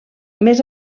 més